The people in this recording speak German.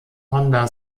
honda